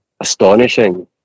astonishing